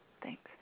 thanks